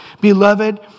Beloved